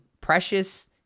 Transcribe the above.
precious